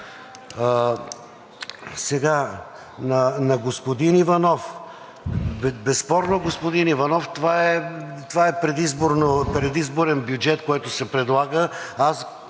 На господин Иванов. Безспорно, господин Иванов, това е предизборен бюджет, който се предлага.